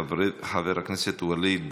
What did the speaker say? חבר הכנסת ווליד,